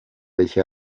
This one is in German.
welche